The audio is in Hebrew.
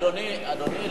אדוני,